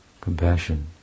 compassion